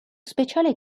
speciale